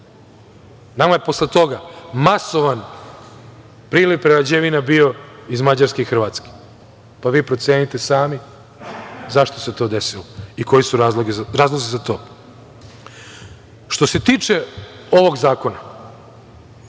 Nama je posle toga masovan priliv prerađivana bio iz Mađarske i Hrvatske, pa vi procenite sami zašto se to desilo i koji su razlozi za to. Što se tiče ovog zakona,